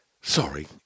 Sorry